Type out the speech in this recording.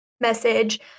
message